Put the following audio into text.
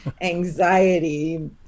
anxiety